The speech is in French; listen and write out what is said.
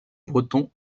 breton